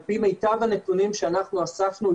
על פי מיטב הנתונים שאנחנו אספנו,